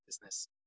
business